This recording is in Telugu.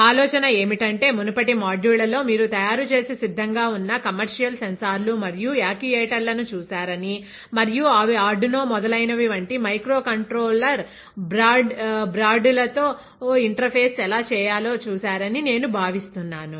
ఆలోచన ఏమిటంటే మునుపటి మాడ్యూళ్ళలో మీరు తయారు చేసి సిద్ధంగా ఉన్న కమర్షియల్ సెన్సార్లు మరియు యాక్యుయేటర్లను చూశారని మరియు అవి ఆర్డునో మొదలైనవి వంటి మైక్రో కంట్రోలర్ బ్రాడ్ లతో ఇంటర్ఫేస్ ఎలా చేయాలో చూసారని నేను భావిస్తున్నాను